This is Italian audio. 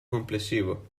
complessivo